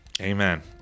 Amen